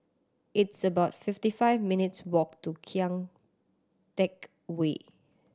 it's about fifty five minutes' walk to Kian Teck Way